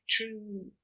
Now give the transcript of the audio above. true